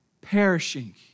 perishing